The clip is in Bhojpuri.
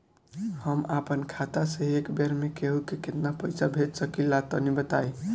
हम आपन खाता से एक बेर मे केंहू के केतना पईसा भेज सकिला तनि बताईं?